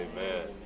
Amen